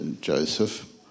Joseph